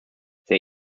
they